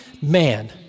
man